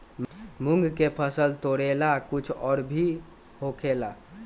मूंग के फसल तोरेला कुछ और भी होखेला?